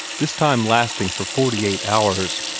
this time lasting for forty-eight hours.